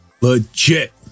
legit